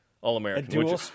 All-American